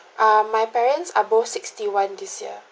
ah my parents are both sixty one this year